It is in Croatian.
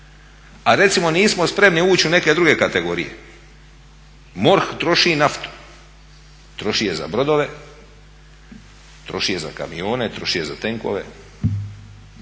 A recimo nismo spremni uči u neke druge kategorije. MORH troši naftu, troši je za brodove, troši je za kamione, troši je za tenkove